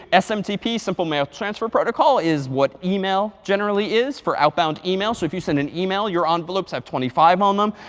smtp simple mail transfer protocol is what email generally is for outbound email. so if you send an email, your envelopes have twenty five on them.